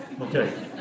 okay